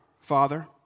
father